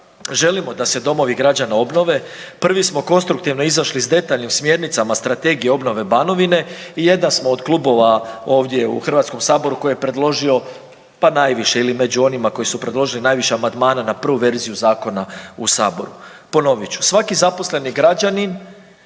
želimo da se domovi građana obnove, prvi smo konstruktivno izašli s detaljnim smjernicama Strategije obnove Banovine i jedan smo od klubova ovdje u HS-u koji je predložio pa najviše ili među onima koji su predložili najviše amandmana na prvu verziju zakona u saboru. Ponovit ću, svaki zaposleni građanin